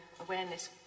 awareness